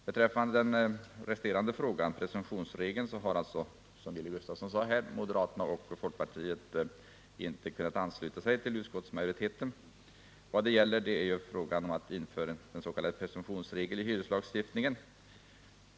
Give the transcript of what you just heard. Beträffande den återstående frågan, presumtionsregeln, har —- som Wilhelm Gustafsson sade här — moderaterna och folkpartisterna inte kunnat ansluta sig till utskottsmajoriteten. Vad det gäller är införande av en s.k. presumtionsregel i hyreslagstiftningen.